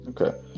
Okay